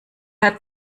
hat